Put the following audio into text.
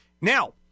Now